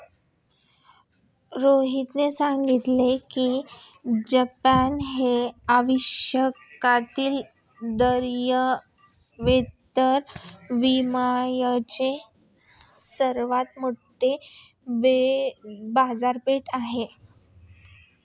रोहितने सांगितले की जपान ही आशियातील दायित्व विम्याची सर्वात मोठी बाजारपेठ आहे